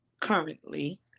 currently